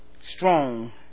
strong